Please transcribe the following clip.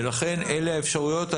לכן אלה האפשרויות.